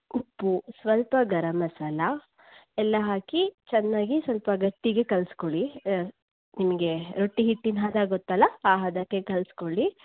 ಉಪ್ಪು ಸ್ವಲ್ಪ ಗರಂ ಮಸಾಲೆ ಎಲ್ಲ ಹಾಕಿ ಚೆನ್ನಾಗಿ ಸ್ವಲ್ಪ ಗಟ್ಟಿಗೆ ಕಲಸಿಕೊಳ್ಳಿ ನಿಮಗೆ ರೊಟ್ಟಿ ಹಿಟ್ಟಿನ ಹದ ಗೊತ್ತಲ್ಲ ಆ ಹದಕ್ಕೆ ಕಲಸಿಕೊಳ್ಳಿ